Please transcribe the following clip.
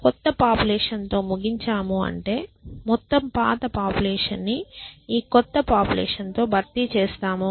క్రొత్త పాపులేషన్ తో ముగించాము అంటే మొత్తం పాత పాపులేషన్ ని ఈ క్రొత్త పాపులేషన్ తో భర్తీ చేస్తాము